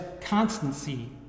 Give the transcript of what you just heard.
constancy